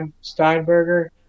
Steinberger